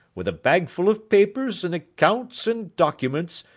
with a bagful of papers, and accounts, and documents,